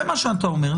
זה מה שאתה אומר.